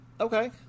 Okay